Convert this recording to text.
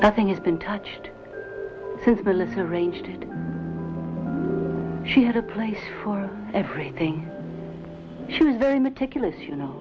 i think has been touched since melissa arranged she had a place for everything she was very meticulous you know